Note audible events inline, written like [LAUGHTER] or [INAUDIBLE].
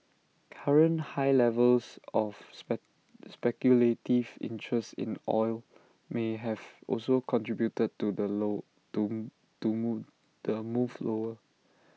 current high levels of [UNINTELLIGIBLE] speculative interest in oil may have also contributed to the low to to move the move lower